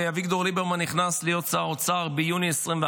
ואביגדור ליברמן נכנס להיות שר אוצר ביוני 2021,